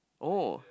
oh